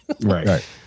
right